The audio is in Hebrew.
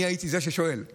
אני הייתי זה ששואל,